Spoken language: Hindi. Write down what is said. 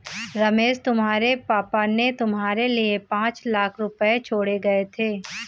रमेश तुम्हारे पापा ने तुम्हारे लिए पांच लाख रुपए छोड़े गए थे